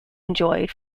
enjoyed